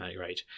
Right